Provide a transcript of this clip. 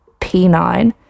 P9